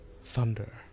Thunder